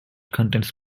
contains